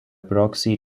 proxy